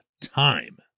time